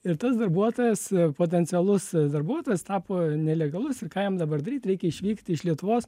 ir tas darbuotojas potencialus darbuotojas tapo nelegalus ir ką jam dabar daryt reikia išvykti iš lietuvos